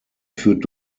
führt